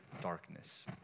darkness